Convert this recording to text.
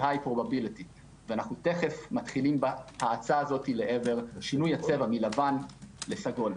ואנו תכף מתחילים בהאצה הזו לשינוי הצבע מלבן לסגול.